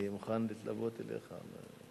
אני מוכן להתלוות אליך.